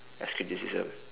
as criticism